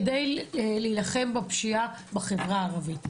כדי להילחם בפשיעה בחברה הערבית.